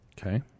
Okay